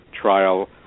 trial